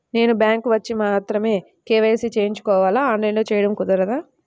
నేను బ్యాంక్ వచ్చి మాత్రమే కే.వై.సి చేయించుకోవాలా? ఆన్లైన్లో చేయటం కుదరదా?